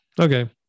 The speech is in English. okay